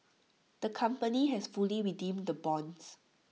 the company has fully redeemed the bonds